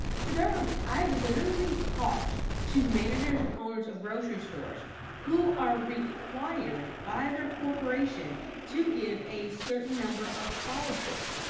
there are i literally talked to managers and owners of grocery stores who are required by their corporation to give a certain number of scholarships.